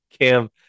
Cam